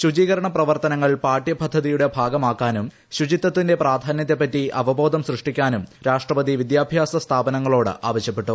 ശുചീകരണ പ്രവർത്തനങ്ങൾ പാഠ്യപദ്ധതിയുടെ ഭാഗമാക്കാനും ശുചിത്വത്തിന്റെ പ്രാധാ നൃത്തെപറ്റി അവബോധം സൃഷ്ട്ടിക്കാനും രാഷ്ട്രപതി വിദ്യാഭ്യാസ സ്ഥാപനങ്ങളോട് ആവൃശ്യപ്പെട്ടു